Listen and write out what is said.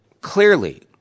clearly